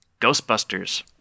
Ghostbusters